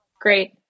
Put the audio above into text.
Great